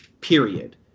period